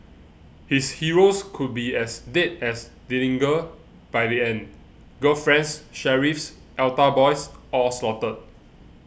his heroes could be as dead as Dillinger by the end girlfriends sheriffs altar boys all slaughtered